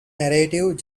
narrative